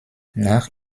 nach